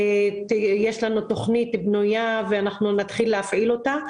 יש לנו תכנית בנויה ואנחנו נתחיל להפעיל אותה.